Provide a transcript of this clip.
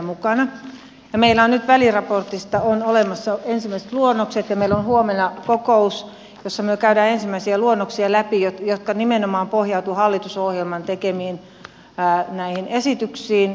meillä on nyt väliraportista olemassa ensimmäiset luonnokset ja meillä on huomenna kokous jossa me käymme läpi ensimmäisiä luonnoksia jotka nimenomaan pohjautuvat hallitus ohjelman esityksiin